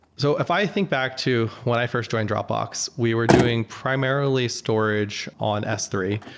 so if i think back to when i first joined dropbox, we were doing primarily storage on s three.